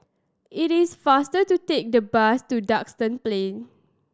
it is faster to take the bus to Duxton Plain